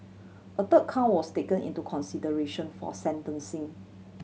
a third count was taken into consideration for sentencing